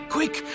Quick